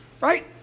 Right